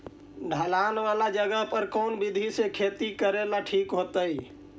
ढलान वाला जगह पर कौन विधी से खेती करेला ठिक होतइ?